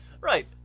Right